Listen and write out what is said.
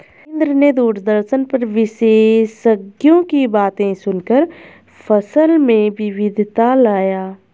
इंद्र ने दूरदर्शन पर विशेषज्ञों की बातें सुनकर फसल में विविधता लाया